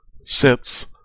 sits